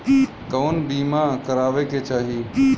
कउन बीमा करावें के चाही?